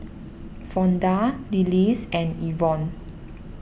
Fonda Lillis and Evonne